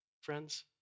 friends